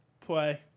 play